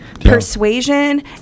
persuasion